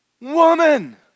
woman